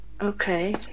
Okay